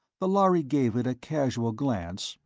the lhari gave it a casual glance,